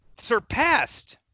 surpassed